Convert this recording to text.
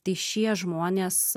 tai šie žmonės